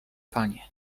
panie